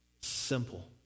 simple